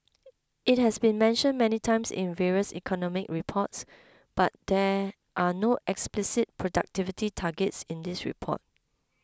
it has been mentioned many times in various economic reports but there are no explicit productivity targets in this report